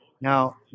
Now